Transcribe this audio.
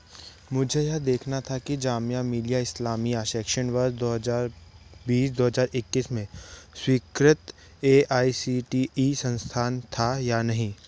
मुझे यह देखना था कि जाम्या मिलिया इस्लामिया शैक्षण वर्ष दो हज़ार बीस दो हज़ार इक्कीस में स्वीकृत A I C T E संस्थान था या नहीं